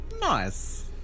Nice